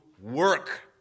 work